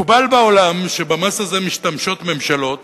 מקובל בעולם שבמס הזה משתמשות ממשלות